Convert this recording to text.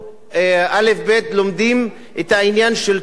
לומדים את העניין של תום הלב.